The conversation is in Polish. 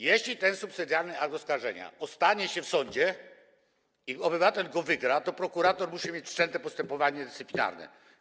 Jeśli ten subsydiarny akt oskarżenia ostanie się w sądzie i obywatel wygra, to prokurator będzie musiał mieć wszczęte postępowanie dyscyplinarne.